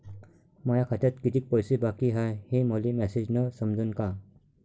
माया खात्यात कितीक पैसे बाकी हाय हे मले मॅसेजन समजनं का?